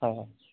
হয় হয়